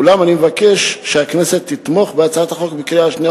אולם אני מבקש שהכנסת תתמוך בה בקריאה שנייה